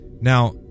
Now